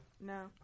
No